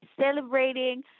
celebrating